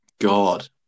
God